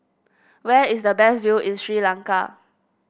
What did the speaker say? where is the best view in Sri Lanka